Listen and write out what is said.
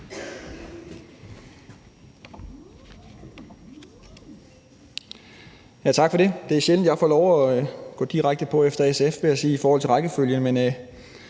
Tak for det. Det er sjældent, jeg får lov at gå direkte på efter SF, vil jeg sige, i forhold til rækkefølgen,